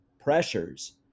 pressures